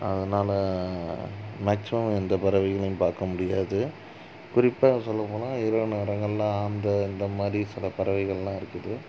அதனால மேக்ஸிமம் எந்த பறவைகளையும் பார்க்க முடியாது குறிப்பாக சொல்லப்போனால் இரவு நேரங்கள்லாம் ஆந்தை இந்த மாதிரி சில பறவைகள்லாம் இருக்குது